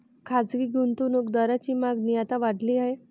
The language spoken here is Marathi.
खासगी गुंतवणूक दारांची मागणी आता वाढली आहे